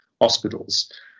hospitals